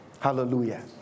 Hallelujah